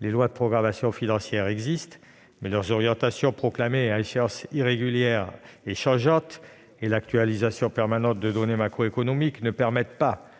les lois de programmation financière existent, mais leurs orientations proclamées à échéances irrégulières et changeantes, et l'actualisation permanente de données macroéconomiques ne permettent pas,